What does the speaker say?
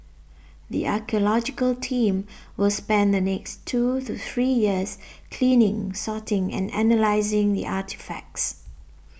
the archaeological team will spend the next two to three years cleaning sorting and analysing the artefacts